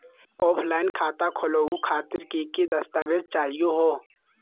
Offline खाता खोलहु खातिर की की दस्तावेज चाहीयो हो?